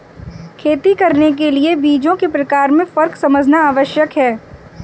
खेती करने के लिए बीजों के प्रकार में फर्क समझना आवश्यक है